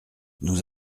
nous